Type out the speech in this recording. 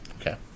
Okay